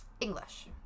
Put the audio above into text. English